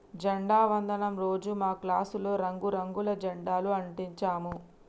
జెండా వందనం రోజు మా క్లాసులో రంగు రంగుల జెండాలు అంటించాము